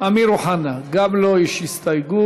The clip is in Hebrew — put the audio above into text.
אמיר אוחנה, גם לו יש הסתייגות